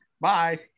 bye